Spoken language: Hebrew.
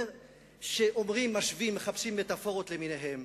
אומרים, משווים, מחפשים מטאפורות למיניהן,